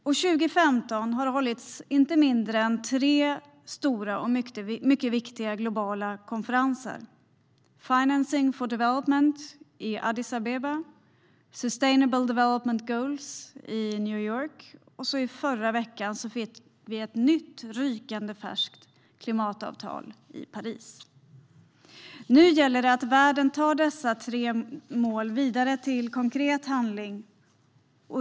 År 2015 har det hållits inte mindre än tre stora och mycket viktiga globala konferenser, nämligen Financing for Development i Addis Abeba, Sustainable Development Goals i New York och klimatkonferensen i Paris förra veckan, då vi fick ett nytt rykande färskt klimatavtal. Nu gäller det att världen tar dessa mål vidare till konkret handling.